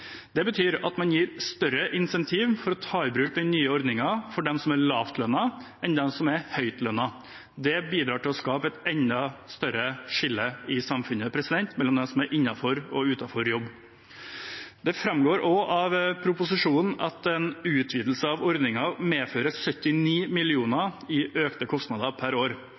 Det betyr at man gir større incentiver til å ta i bruk den nye ordningen for dem som er lavtlønnet, enn dem som er høytlønnet. Det bidrar til å skape et enda større skille i samfunnet, mellom dem som er innenfor, og dem som er utenfor jobb. Det framgår også av proposisjonen at en utvidelse av ordningen medfører 79 mill. kr i økte kostnader per år.